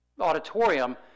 auditorium